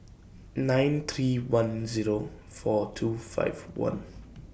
nine three one Zero four two five one